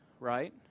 Right